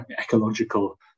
ecological